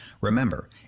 Remember